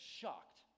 shocked